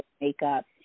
makeup